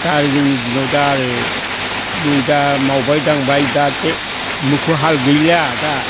दा आरो जोंनि दिनाव दा आरो नै दा मावबाय दांबाय दा दे मोखौ हाल गैलिया दा